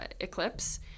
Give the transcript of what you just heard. eclipse